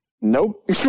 Nope